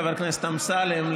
חבר הכנסת אמסלם,